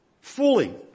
fully